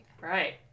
Right